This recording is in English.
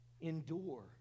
endure